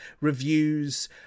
reviews